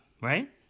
right